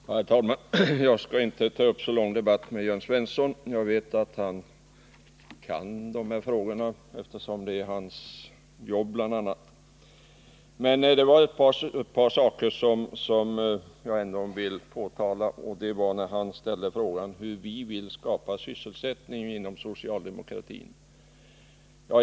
Herr talman! Jag skall inte ta upp så lång debatt med Jörn Svensson. Jag vet att han kan de här frågorna, eftersom det är hans jobb bl.a. Men det var ett par saker som jag ändå vill påtala. Jörn Svensson frågade hur vi inom socialdemokratin vill skapa sysselsättning.